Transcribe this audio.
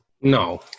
No